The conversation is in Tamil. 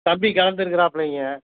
தம்பி கலந்துருக்கிறாப்புலைங்க